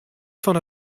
fan